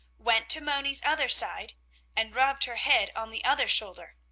went to moni's other side and rubbed her head on the other shoulder.